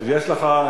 יש לך,